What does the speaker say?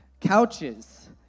Couches